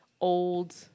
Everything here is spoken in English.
old